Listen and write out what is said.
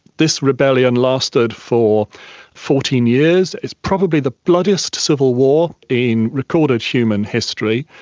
this rebellion lasted for fourteen years. it's probably the bloodiest civil war in recorded human history,